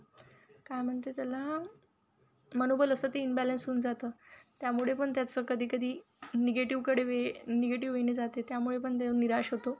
काय म्हणते त्याला मनोबल असतं ते इम्बॅलन्स होऊन जातं त्यामुळे पण त्याचं कधी कधी निगेटिवकडे वे निगेटिव येणे जाते त्यामुळे पण त्या निराश होतो